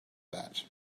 that